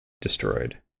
destroyed